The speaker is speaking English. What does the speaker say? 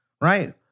Right